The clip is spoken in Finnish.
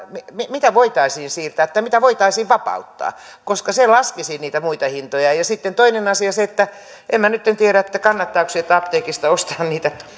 mitä voitaisiin siirtää tai mitä voitaisiin vapauttaa koska se laskisi niitä muita hintoja ja sitten toinen asia on se että en minä nytten tiedä kannattaako sieltä apteekista ostaa niitä